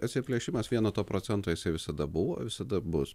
atsiplėšimas vieno to procento jisai visada buvo ir visada bus